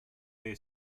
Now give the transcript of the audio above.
their